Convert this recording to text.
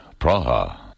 Praha